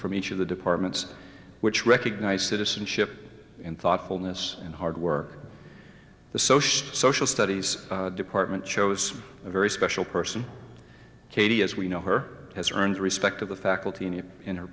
from each of the departments which recognize citizenship in thoughtfulness and hard work the social social studies department shows a very special person katie as we know her has earned the respect of the faculty and yet in her